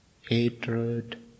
hatred